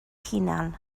hunan